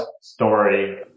story